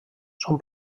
són